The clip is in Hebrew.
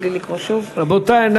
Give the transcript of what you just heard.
נגד רבותי.